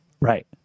Right